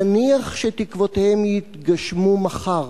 נניח שתקוותיהם יתגשמו מחר,